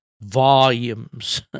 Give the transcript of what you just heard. volumes